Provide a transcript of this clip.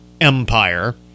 empire